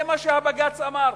זה מה שבג"ץ אמר.